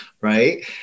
right